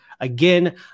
Again